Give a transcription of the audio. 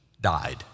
died